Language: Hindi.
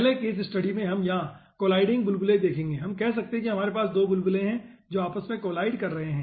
पहले केस स्टडी में हम यहां कोलाईडिंग बुलबुले देखेंगे हम कह सकते है कि हमारे पास 2 बुलबुले हैं जो आपस में कोलाईड कर रहे हैं